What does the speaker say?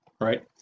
right